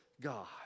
God